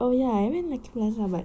oh ya I went lucky plaza but